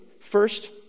First